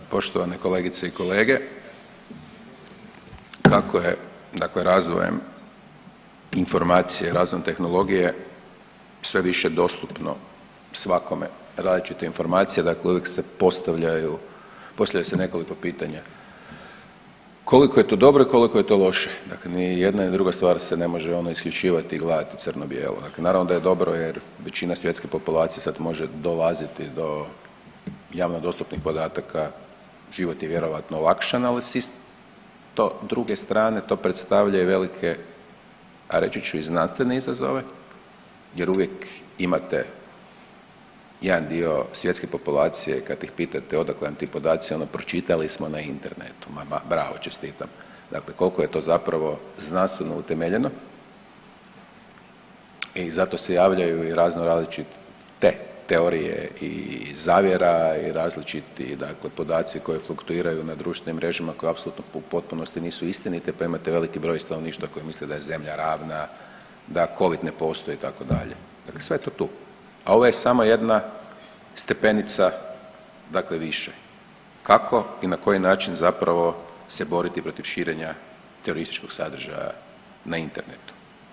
Poštovane kolegice i kolege, kako je dakle razvojem informacije i razvojem tehnologije sve više dostupno svakome različite informacije dakle uvijek se postavljaju, postavljaju se nekoliko pitanja koliko je to dobro i koliko je to loše, dakle ni jedna ni druga stvar se ne može ono isključivati i gledati crno bijelo, dakle naravno da je dobro jer većina svjetske populacije sad može dolaziti do javno dostupnih podataka, život je vjerojatno olakšan, ali isto s druge strane to predstavlja i velike, a reći ću i znanstvene izazove jer uvijek imate jedan dio svjetske populacije kad ih pitate odakle vam ti podaci, ono pročitali smo na internetu, ma bravo, čestitam, dakle kolko je to zapravo znanstveno utemeljeno i zato se javljaju i razno različite teorije i zavjera i različiti dakle podaci koji fluktuiraju na društvenim mrežama koji apsolutno u potpunosti nisu istiniti, pa imate veliki broj stanovništva koji misle da je zemlja ravna, da covid ne postoji itd., dakle sve je to tu, a ovo je samo jedna stepenica dakle više, kako i na koji način zapravo se boriti protiv širenja terorističkog sadržaja na internetu.